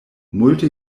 multe